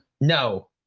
No